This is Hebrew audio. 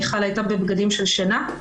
מיכל הייתה בבגדים של שינה.